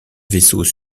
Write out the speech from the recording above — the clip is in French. vaisseaux